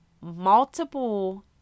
multiple